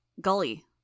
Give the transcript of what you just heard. Gully